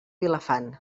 vilafant